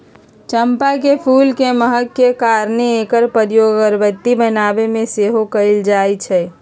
चंपा के फूल के महक के कारणे एकर प्रयोग अगरबत्ती बनाबे में सेहो कएल जाइ छइ